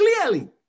clearly